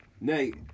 Nate